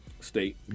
State